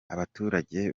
abaturage